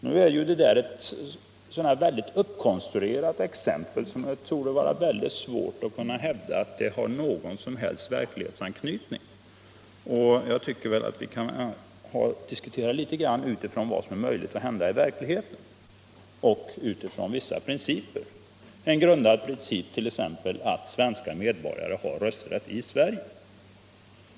Men det är ju ett väldigt uppkonstruerat exempel, och det torde vara svårt att hävda att det har någon som helst verklighetsanknytning. Jag tycker att vi kan diskutera litet grand utifrån vad som kan hända i verkligheten och utifrån vissa principer — exempelvis utifrån den grundprincipen att svenska medborgare har rösträtt i Sverige.